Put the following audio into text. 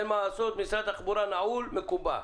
ומשרד התחבורה מקובע.